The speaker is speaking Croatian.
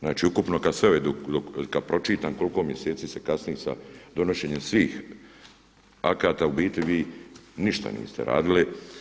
Znači ukupno kada pročitam koliko se mjeseci kasni sa donošenjem svih akata u biti vi ništa niste radili.